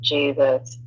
Jesus